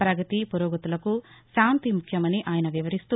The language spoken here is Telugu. ప్రగతి పురోగతులకు శాంతి ముఖ్యమని ఆయన వివరిస్తూ